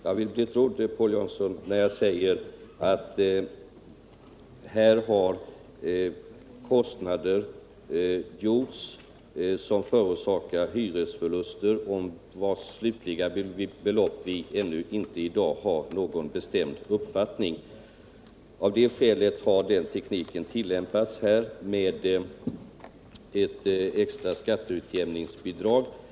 Jag vill bli trodd, Paul Jansson, när jag säger att det har förekommit kostnader som orsakar hyresförluster, om vilkas slutliga belopp vi i dag inte har någon klar kännedom. Av det skälet har tekniken med ett extra skatteutjämningsbidrag tillämpats.